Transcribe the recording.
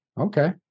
Okay